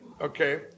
Okay